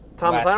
thomas,